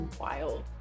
wild